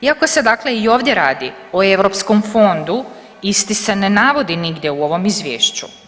Iako se dakle i ovdje radi o europskom fondu, isti se ne navodi nigdje u ovom Izvješću.